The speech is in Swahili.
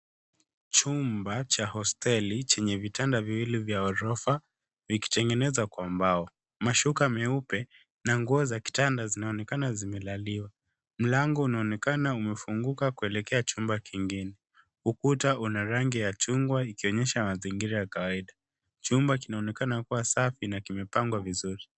Chumba cha hosteli chenye vitanda viwili vya ghorofa vikitengenezwa kwa mbao. Mashuka meupe na nguo za kitanda zinaonekana zimelaliwa. Mlango unaonekana umefunguka kuelekea chumba kingine. Ukuta una rangi ya chungwa ikionyesha mazingira ya kawaida. Chumba kinaonekana kuwa safi na kimepangwa vizuri.